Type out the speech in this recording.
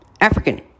African